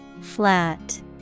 Flat